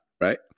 right